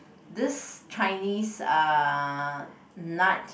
this Chinese uh nut